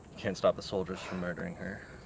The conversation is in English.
can't stop the soldiers from murdering her.